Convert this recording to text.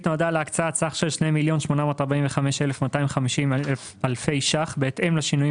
נועדה להקצאת סך של 2,845,250 אלפי ₪ בהתאם לשינויים